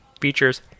features